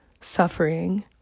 suffering